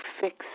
fix